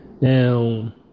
Now